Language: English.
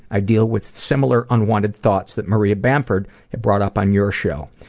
i deal with similar unwanted thoughts that maria bamford had brought up on your show.